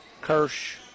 Kirsch